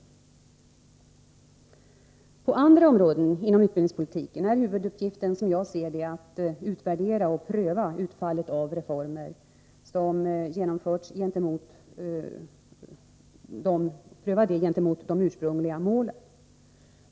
På andra områden inom utbildningspolitiken är huvuduppgiften, som jag ser det, att utvärdera och gentemot de ursprungliga målen pröva utfallet av de reformer som genomförts.